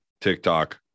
TikTok